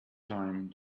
time